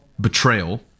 betrayal—